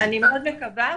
אני מאוד מקווה,